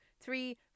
three